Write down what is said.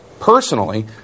personally